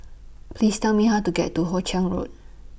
Please Tell Me How to get to Hoe Chiang Road